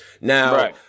Now